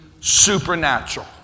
supernatural